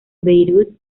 beirut